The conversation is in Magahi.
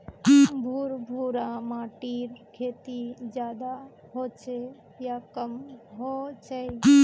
भुर भुरा माटिर खेती ज्यादा होचे या कम होचए?